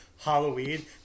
Halloween